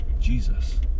Jesus